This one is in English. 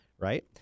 right